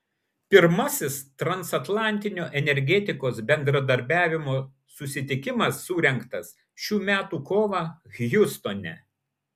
pirmasis transatlantinio energetikos bendradarbiavimo susitikimas surengtas šių metų kovą hjustone